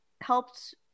helped